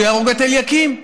הוא יהרוג את אליקים.